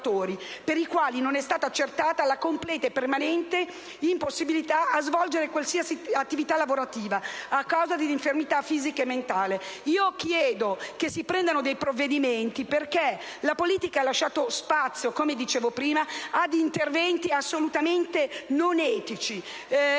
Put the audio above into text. per i quali non è stata accertata la completa e permanente impossibilità a svolgere qualsiasi attività lavorativa a causa dell'infermità fisica e mentale. Chiedo che si assumano provvedimenti, perché l'assenza della politica ha lasciato spazio ad interventi assolutamente non etici.